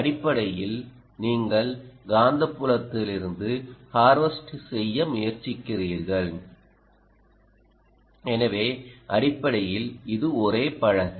அடிப்படையில் நீங்கள் காந்தப்புலத்திலிருந்து ஹார்வெஸ்ட் செய்ய முயற்சிக்கிறீர்கள் எனவே அடிப்படையில் இது ஒரே பலகை